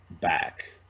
back